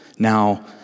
Now